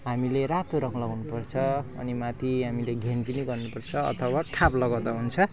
हामीले रातो रङ लगाउनुपर्छ अनि माथि हामीले घेन पनि गर्नुपर्छ अथवा ठाप लगाउँदा हुन्छ